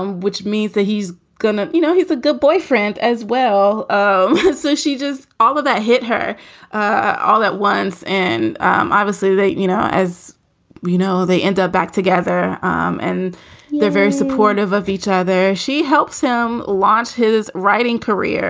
um which means that he's going to you know, he's a good boyfriend as well um so she does all of that hit her ah all at once. and um obviously, you know, as we know, they end up back together um and they're very supportive of each other. she helps him launch his writing career